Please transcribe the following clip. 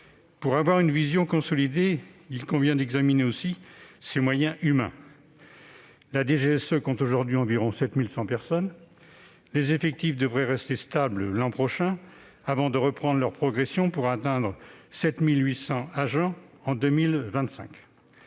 de la situation de la DGSE, il convient d'examiner aussi ses moyens humains. La DGSE compte aujourd'hui environ 7 100 personnes. Ses effectifs devraient rester stables l'an prochain, avant de reprendre leur progression pour atteindre 7 800 agents en 2025.